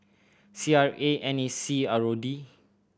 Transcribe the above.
C R A N A C R O D